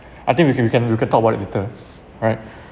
I think we can we can we can talk about it later right